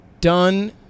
done